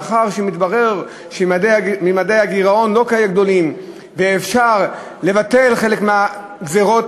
לאחר שמתברר שממדי הגירעון לא כל כך גדולים ואפשר לבטל חלק מהגזירות,